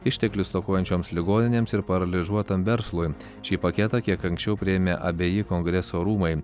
išteklių stokojančioms ligoninėms ir paralyžiuotam verslui šį paketą kiek anksčiau priėmė abeji kongreso rūmai